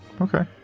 Okay